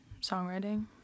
songwriting